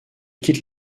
quitte